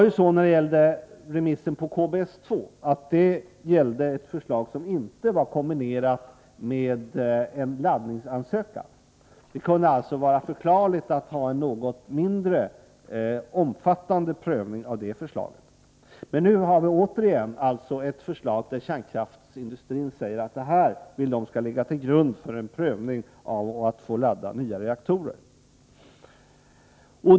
Remissen beträffande KBS-2 gällde ett förslag som inte var kombinerat med någon laddningsansökan — det kunde alltså vara förklarligt att ha en något mindre omfattande prövning av det förslaget. Men nu har vi återigen ett förslag som kärnkraftsindustrin vill skall ligga till grund för en prövning för att man skall få ladda nya reaktorer.